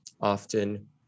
often